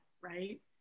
right